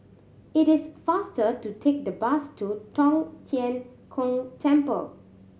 it is faster to take the bus to Tong Tien Kung Temple